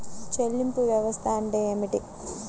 చెల్లింపు వ్యవస్థ అంటే ఏమిటి?